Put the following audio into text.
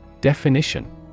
Definition